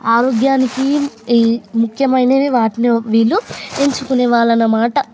ఆరోగ్యానికి ముఖ్యమైనవి వాటిలో వీళ్ళు ఎంచుకునే వాళ్ళు అన్నమాట